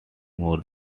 more